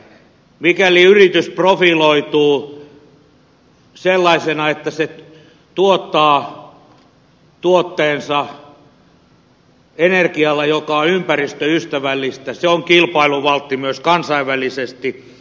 mikäli yritys profiloituu sellaisena että se tuottaa tuotteensa energialla joka on ympäristöystävällistä se on kilpailuvaltti myös kansainvälisesti